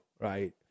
right